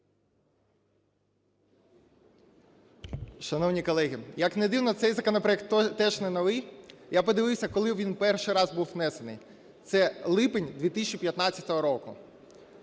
Шановні колеги, як не дивно, цей законопроект теж не новий. Я подивився, коли він перший раз був внесений – це липень 2015 року.